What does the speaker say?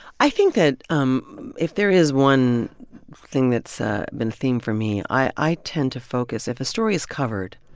i think that um if there is one thing that's ah been a theme for me, i i tend to focus if a story is covered,